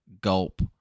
gulp